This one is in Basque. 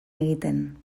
egiten